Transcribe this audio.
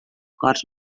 corts